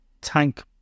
tank